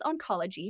Oncology